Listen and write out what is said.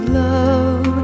love